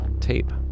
tape